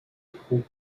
prouve